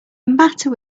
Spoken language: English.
matter